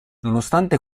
nonostante